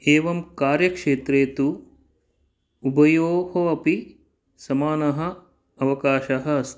एवं कार्यक्षेत्रे तु उभयोः अपि समानः अवकाशः अस्ति